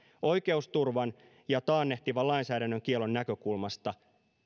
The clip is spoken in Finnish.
oikeusturvan ja taannehtivan lainsäädännön kiellon näkökulmasta